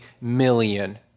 million